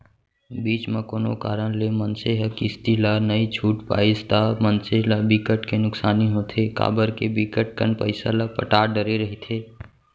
बीच म कोनो कारन ले मनसे ह किस्ती ला नइ छूट पाइस ता मनसे ल बिकट के नुकसानी होथे काबर के बिकट कन पइसा ल पटा डरे रहिथे